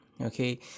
okay